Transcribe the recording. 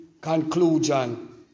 conclusion